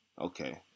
Okay